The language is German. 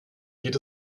geht